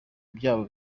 byabo